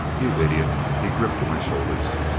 you idiot! he gripped my shoulders.